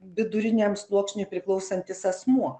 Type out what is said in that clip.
viduriniam sluoksniui priklausantis asmuo